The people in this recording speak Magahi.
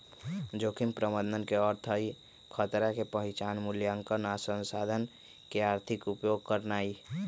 जोखिम प्रबंधन के अर्थ हई खतरा के पहिचान, मुलायंकन आ संसाधन के आर्थिक उपयोग करनाइ